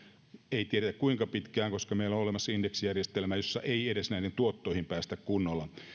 ei tiedetä kuinka pitkään koska meillä on olemassa indeksijärjestelmä jossa ei edes näiden tuottoihin päästä kunnolla